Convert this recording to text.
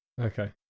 Okay